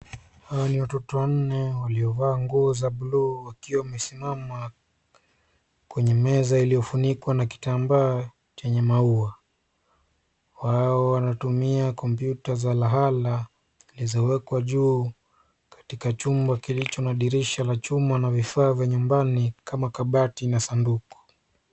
Hawa ni watoto wanne waliovaa nguo za buluu wakiwa wamesimama kwenye meza iliyofunikwa na kitambaa chenye maua. Hao wanatumia kompyuta za halahala zilizowekwa juu katika chumba kilicho na dirisha la chuma na vifaa vya nyumbani kama kabati na sanduku.